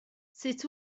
sut